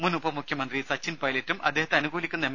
മുൻ ഉപ മുഖ്യമന്ത്രി സച്ചിൻ പൈലറ്റും അദ്ദേഹത്തെ അനുകൂലിക്കുന്ന എം